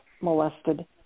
molested